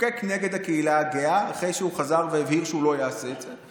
חוקק נגד הקהילה הגאה אחרי שהוא חזר והבהיר שהוא לא יעשה את זה.